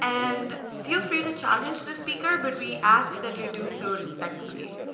and feel free to challenge the speaker, but we ask that you do so respectfully.